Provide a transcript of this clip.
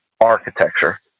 architecture